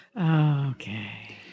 Okay